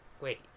Wait